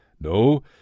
No